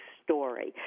story